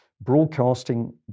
broadcasting